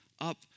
up